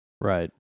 Right